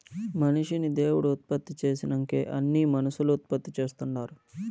మనిషిని దేవుడు ఉత్పత్తి చేసినంకే అన్నీ మనుసులు ఉత్పత్తి చేస్తుండారు